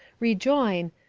rejoin,